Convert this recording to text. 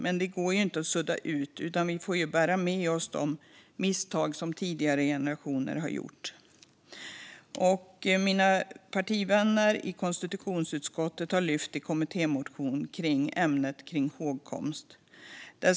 Men det går inte att sudda ut, utan vi får bära med oss de misstag som tidigare generationer gjort. Mina partivänner i konstitutionsutskottet har i en kommittémotion lyft upp ämnet hågkomst.